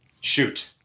Shoot